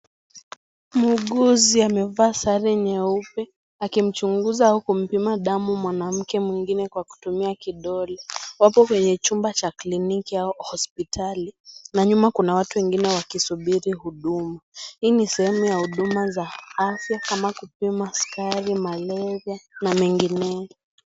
Muuguzi amevaa sare nyeupe akimchunguza au kumpima damu mwanamke mwingine kwa kutumia kidole. Wapo kwenye chumba cha kliniki au hospitali na nyuma kuna watu wengine wakisubiri huduma. Hii ni sehemu ya huduma za afya kama kupima sukari, malaria na mengineo